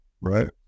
right